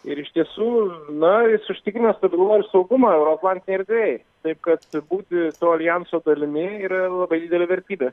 ir iš tiesų na jis užtikrina stabilumą ir saugumą euroatlantinėj erdvėj taip kad būti to aljanso dalimi yra labai didelė vertybė